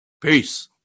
Peace